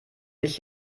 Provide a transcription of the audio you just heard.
nicht